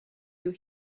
you